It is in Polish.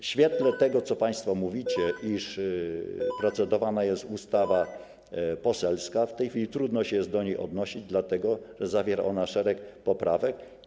W świetle tego, co państwo mówicie, iż procedowana jest ustawa poselska, w tej chwili trudno jest do niej się odnosić, dlatego że zawiera ona szereg poprawek.